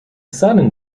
sudden